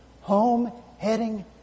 home-heading